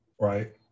right